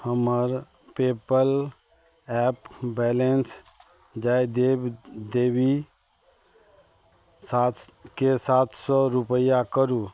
हमर PayPal app balance जय देव देवी सात सातकेँ सात सओ रुपैआ करू